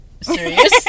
serious